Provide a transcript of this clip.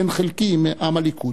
אין חלקי עם עם הליכוד.